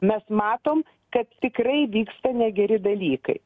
mes matom kad tikrai vyksta negeri dalykai